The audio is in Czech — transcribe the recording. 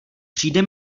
přijde